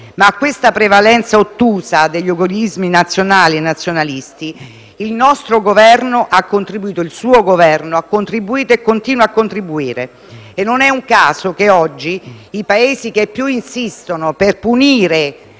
A questa prevalenza ottusa degli egoismi nazionali e nazionalisti il nostro Governo - anzi, il suo Governo - ha contribuito e continua a contribuire. Non è un caso che, oggi, i Paesi che più insistono per punire